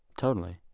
totally.